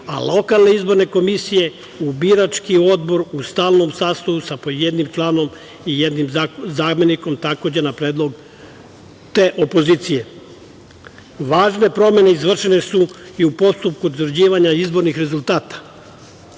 a lokalne izborne komisije u birački odbor u stalnom sastavu sa po jednim članom i jednim zamenikom, takođe na predlog te opozicije. Važne promene izvršene su i u postupku utvrđivanja izbornih rezultata.